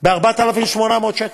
ב-4,800 שקל.